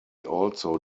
also